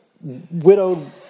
widowed